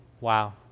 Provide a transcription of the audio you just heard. Wow